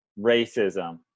racism